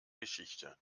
geschichte